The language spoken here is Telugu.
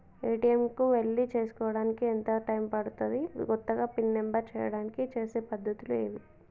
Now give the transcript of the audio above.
ఏ.టి.ఎమ్ కు వెళ్లి చేసుకోవడానికి ఎంత టైం పడుతది? కొత్తగా పిన్ నంబర్ చేయడానికి చేసే పద్ధతులు ఏవి?